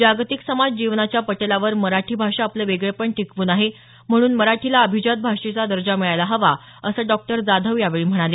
जागतिक समाज जीवनाच्या पटलावर मराठी भाषा आपलं वेगळेपण टिकवून आहे म्हणून मराठीला अभिजात भाषेचा दर्जा मिळायला हवा असं डॉक्टर जाधव यावेळी म्हणाले